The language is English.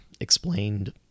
explained